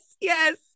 Yes